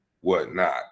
whatnot